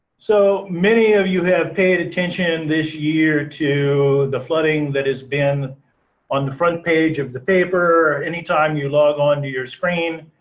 so many of you have paid attention this year to the flooding that has been on the front page of the paper, anytime you log onto your screen.